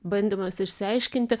bandymas išsiaiškinti